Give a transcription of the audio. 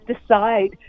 decide